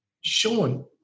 Sean